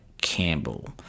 Campbell